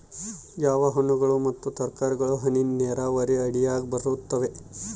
ಯಾವ ಹಣ್ಣುಗಳು ಮತ್ತು ತರಕಾರಿಗಳು ಹನಿ ನೇರಾವರಿ ಅಡಿಯಾಗ ಬರುತ್ತವೆ?